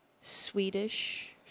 Swedish